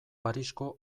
parisko